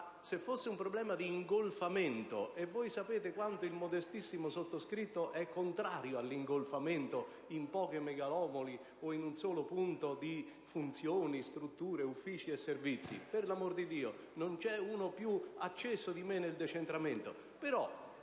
cui l'ottimo collega ha inteso motivarlo - voi sapete quanto il modestissimo sottoscritto sia contrario all'ingolfamento in poche megalopoli o in un solo punto di funzioni, strutture, uffici e servizi: per l'amor di Dio, non c'è uno più acceso di me sul decentramento.